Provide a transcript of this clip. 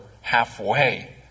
halfway